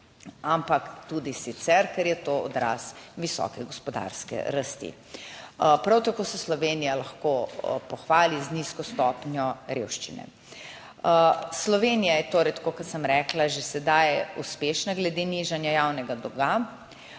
ampak tudi sicer, ker je to odraz visoke gospodarske rasti. Prav tako se Slovenija lahko pohvali z nizko stopnjo revščine. Slovenija je torej, tako kot sem rekla že sedaj uspešna glede nižanja javnega dolga,